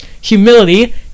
humility